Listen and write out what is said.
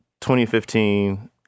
2015